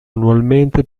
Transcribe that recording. annualmente